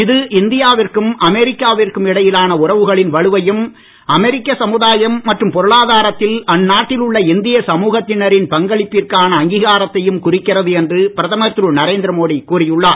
இது இந்தியாவிற்கும் அமெரிக்காவிற்கும் இடையிலான உறவுகளின் வலுவையும் அமெரிக்க சமுதாயம் மற்றும் பொருளாதாரத்தில் அந்நாட்டில் உள்ள இந்திய சமூகத்தினரின் பங்களிப்பிற்கான அங்கீகாரத்தையும் குறிக்கிறது என்று பிரதமர் திரு நரேந்திரமோடி கூறி உள்ளார்